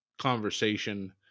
conversation